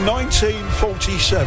1947